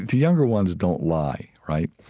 and younger ones don't lie, right?